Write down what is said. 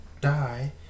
die